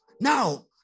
Now